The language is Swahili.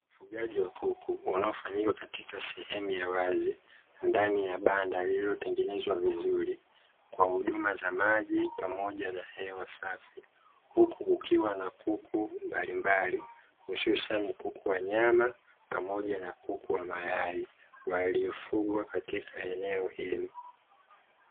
Ufugaji wa kuku unao fanyika katika eneo la ndani ya banda, lililo tengenezwa vizuri chupa za maji pamoja na hewa safi, huku kukiwa na kuku mbalimbali hususani kuku wa nyama pamoja na kuku wa mayai, waliofugwa katika eneo hilo.